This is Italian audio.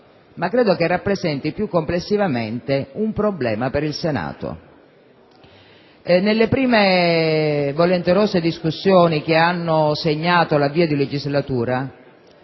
ma credo che rappresenti, più complessivamente, un problema per il Senato. Nelle prime volenterose discussioni che hanno segnato l'avvio di legislatura,